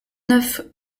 neuf